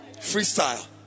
Freestyle